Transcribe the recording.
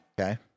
Okay